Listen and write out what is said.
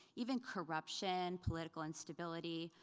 even corruption, political instability,